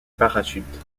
parachute